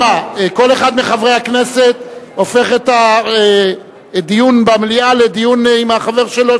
כל אחד מחברי הכנסת הופך את הדיון במליאה לדיון עם החבר שלו,